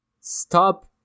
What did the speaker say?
Stop